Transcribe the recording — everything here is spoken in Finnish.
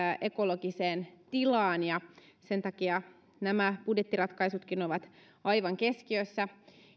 ekologiseen tilaan sen takia nämä budjettiratkaisutkin ovat aivan keskiössä